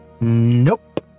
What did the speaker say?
Nope